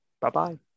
Bye-bye